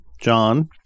John